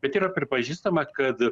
bet yra pripažįstama kad